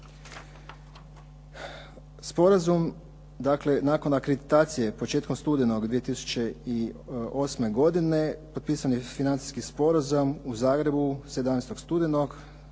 Sporazum dakle nakon akreditacije početkom studenog 2008. godine potpisan je financijski sporazum u Zagrebu 17. studenog